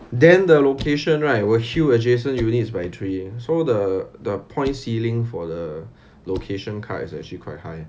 then the location right will shield adjacent units by three so the the points ceiling for the location card is actually quite high